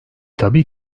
tabii